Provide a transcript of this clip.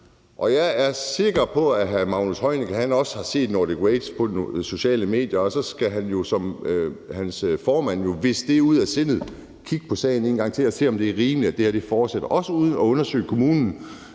og jeg er sikker på, at miljøministeren også har set Nordic Waste på de sociale medier, og så skal han jo som sin formand viske det ud af sindet, kigge på sagen en gang til og se, om det er rimeligt, at det her fortsætter, også uden at undersøge kommunen